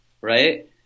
right